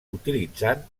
utilitzant